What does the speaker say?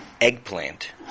eggplant